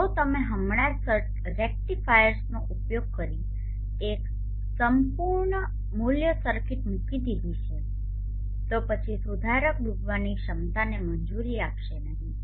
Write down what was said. જો તમે હમણાં જ રેક્ટિફાયર્સનો ઉપયોગ કરીને એક સંપૂર્ણ મૂલ્ય સર્કિટ મૂકી દીધી છે તો પછી સુધારક ડૂબવાની ક્ષમતાને મંજૂરી આપશે નહીં